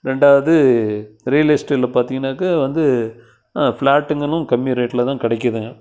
ரெண்டாவது ரியல் எஸ்டேட்டில் பார்த்திங்கனாக்க வந்து பிளாட்டுங்களும் கம்மி ரேட்டில்தான் கிடைக்குதுங்க